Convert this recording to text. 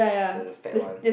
the the fat one